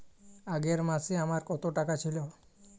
আগের মাসে আমার কত টাকা ছিল?